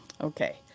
okay